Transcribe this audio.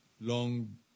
long